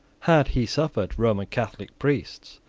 had he suffered roman catholic priests,